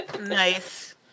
Nice